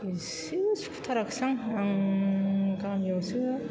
एसेबो सुखुथारासै आं गामियावसो